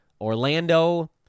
Orlando